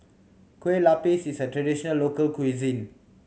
kue lupis is a traditional local cuisine